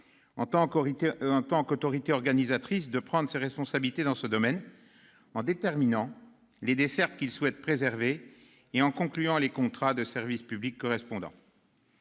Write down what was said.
en tant qu'autorité organisatrice, de prendre ses responsabilités dans ce domaine, en déterminant les dessertes qu'il souhaite préserver et en concluant les contrats de service public correspondants.